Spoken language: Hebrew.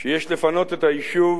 שיש לפנות את היישוב